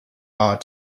are